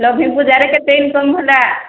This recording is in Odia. ଲକ୍ଷ୍ନୀ ପୂଜାରେ କେତେ ଇନ୍କମ୍ ହେଲା